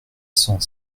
cent